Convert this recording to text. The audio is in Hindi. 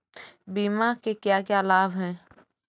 बीमा के क्या क्या लाभ हैं?